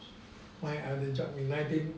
find other job in nineteen